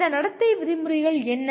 இந்த நடத்தை விதிமுறைகள் என்ன